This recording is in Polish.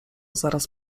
zaraz